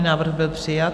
Návrh byl přijat.